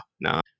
no